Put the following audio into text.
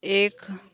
एक